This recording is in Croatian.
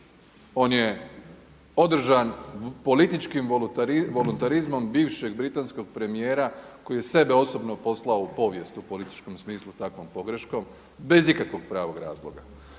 On je održan političkim voluntarizmom bivšeg britanskog premijera koji je sebe osobno poslao u povijest u političkom smislu takvom pogreškom bez ikakvog pravog razloga.